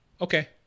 okay